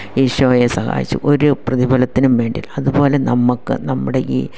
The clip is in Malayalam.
ഈശോയെ സഹായിച്ച് ഒരു പ്രതിഫലത്തിനും വേണ്ടിയല്ല അതുപോലെ നമുക്ക് നമ്മുടെ ഈ